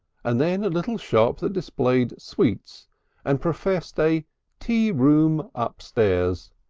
and then a little shop that displayed sweets and professed a tea room upstairs.